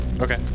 Okay